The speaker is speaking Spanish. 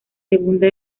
segunda